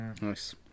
Nice